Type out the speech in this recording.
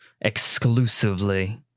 exclusively